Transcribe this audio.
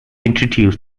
introduce